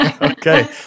Okay